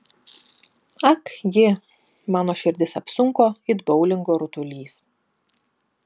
ak ji mano širdis apsunko it boulingo rutulys